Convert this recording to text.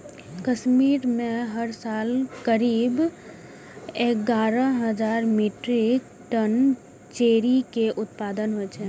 कश्मीर मे हर साल करीब एगारह हजार मीट्रिक टन चेरी के उत्पादन होइ छै